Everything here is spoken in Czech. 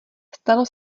stalo